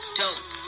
dope